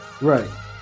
right